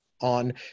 on